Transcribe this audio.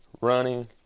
running